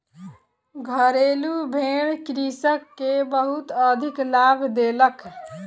घरेलु भेड़ कृषक के बहुत अधिक लाभ देलक